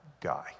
guy